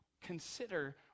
consider